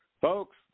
Folks